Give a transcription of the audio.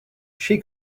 she